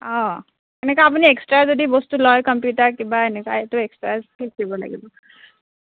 অঁ এনেকুৱা আপুনি এক্সট্ৰা যদি বস্তু লয় কম্পিউটাৰ কিবা এনেকুৱা এইটো এক্সট্ৰা ফীজ দিব লাগিব